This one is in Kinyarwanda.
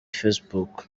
facebook